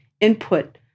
input